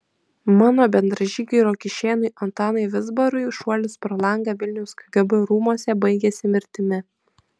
mano bendražygiui rokiškėnui antanui vizbarui šuolis pro langą vilniaus kgb rūmuose baigėsi mirtimi